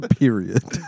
period